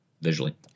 visually